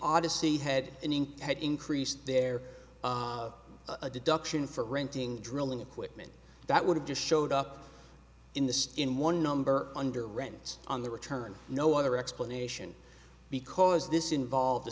odyssey had an ink had increased there a deduction for renting drilling equipment that would have just showed up in the in one number under runs on the return no other explanation because this involve